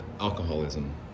alcoholism